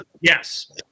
Yes